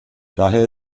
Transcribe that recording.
daher